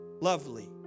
lovely